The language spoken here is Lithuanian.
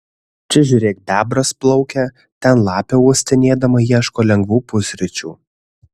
čia žiūrėk bebras plaukia ten lapė uostinėdama ieško lengvų pusryčių